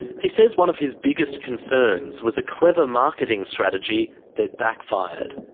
he says one of his biggest concerns was a clever marketing strategy that backfired.